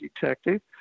detective